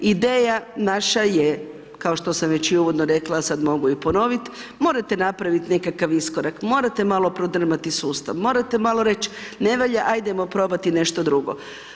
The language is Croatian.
Ideja naša je kao što sam već i uvodno rekla, a sad mogu i ponovit, morate napravit nekakav iskorak, morate malo prodrmati sustav, morate malo reć ne valja ajdemo probati nešto drugo.